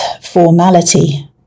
formality